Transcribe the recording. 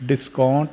discount